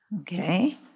Okay